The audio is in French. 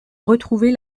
retrouver